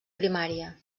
primària